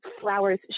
flowers